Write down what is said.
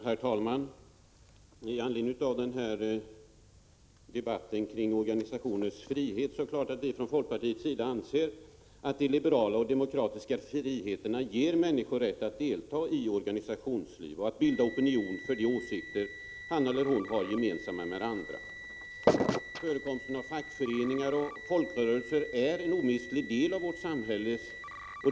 Herr talman! Med anledning av debatten om organisationers frihet anser vi från folkpartiets sida självfallet att de liberala och demokratiska friheterna ger människor rätt att delta i organisationsliv och att bilda opinion för de åsikter de har gemensamma med andra. Förekomsten av fackföreningar och folkrörelser är en omistlig del av vårt samhälle.